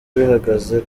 bihagaze